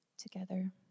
Together